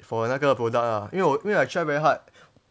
for 那个 product ah 因为我因为 I try very hard